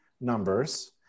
numbers